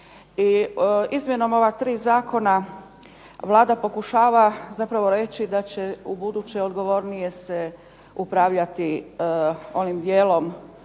izmjenom ova tri zakona, Vlada pokušava zapravo reći da će ubuduće odgovornije upravljati onim dijelom